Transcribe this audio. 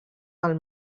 del